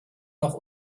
noch